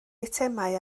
eitemau